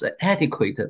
adequate